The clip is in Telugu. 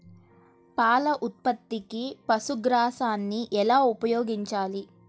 పాల ఉత్పత్తికి పశుగ్రాసాన్ని ఎలా ఉపయోగించాలి?